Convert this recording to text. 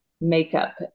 makeup